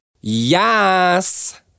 Yes